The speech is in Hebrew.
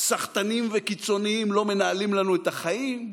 סחטנים וקיצונים לא מנהלים לנו את החיים.